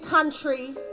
country